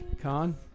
Con